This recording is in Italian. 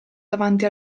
davanti